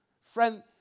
Friend